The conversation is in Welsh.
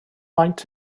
faint